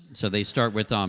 so they start with um